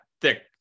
thick